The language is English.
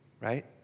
right